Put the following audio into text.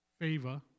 favor